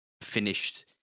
finished